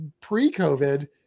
pre-COVID